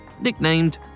nicknamed